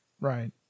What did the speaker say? Right